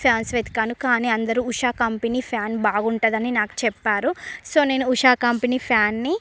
fans వెతికాను కానీ అందరు ఉషా కంపెనీ ఫ్యాన్ బాగుంటుందని నాకు చెప్పారు సో నేను ఉషా కంపెనీ ఫ్యాన్ని